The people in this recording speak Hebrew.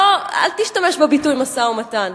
אל תשתמש בביטוי משא-ומתן,